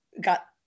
got